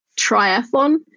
triathlon